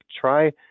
Try